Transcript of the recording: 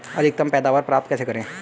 अधिकतम पैदावार प्राप्त कैसे करें?